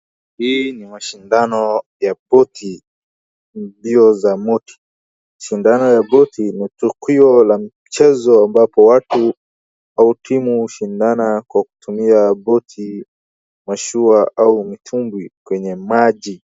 Hii ni mashindano ya boti, mbio za moti. Mashindano ya boti ni tukio la mchezo ambapo watu au timu hushindana kwa kutumia boti, mashua au mitumbwi kwenye maji.